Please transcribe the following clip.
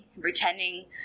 pretending